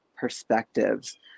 perspectives